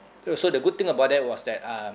it was so the good thing about that was that um